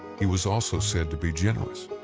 he was also said to be generous,